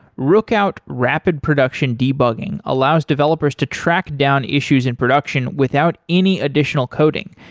rookout rapid production debugging allows developers to track down issues in production without any additional coding.